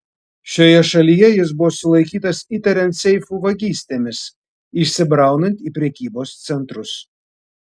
šioje šalyje jis buvo sulaikytas įtariant seifų vagystėmis įsibraunant į prekybos centrus